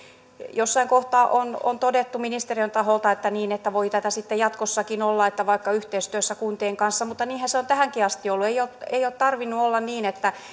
jossain kohtaa on on todettu ministeriön taholta niin että voi tätä sitten jatkossakin olla vaikka yhteistyössä kuntien kanssa mutta niinhän se on tähänkin asti ollut ei ole tarvinnut olla niin että